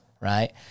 right